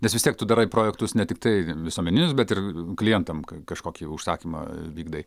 nes vis tiek tu darai projektus ne tiktai visuomeninius bet ir klientam ka kažkokį užsakymą vykdai